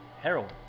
heroin